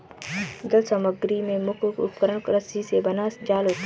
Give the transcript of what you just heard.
जल समग्री में मुख्य उपकरण रस्सी से बना जाल होता है